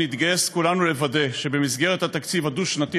נתגייס כולנו לוודא שבמסגרת התקציב הדו-שנתי